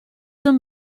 them